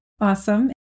Awesome